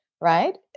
right